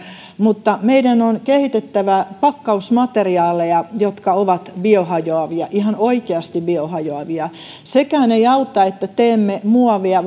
mutta meidän on kehitettävä pakkausmateriaaleja jotka ovat biohajoavia ihan oikeasti biohajoavia sekään ei auta että teemme muovia